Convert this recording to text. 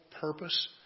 purpose